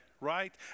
right